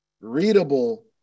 readable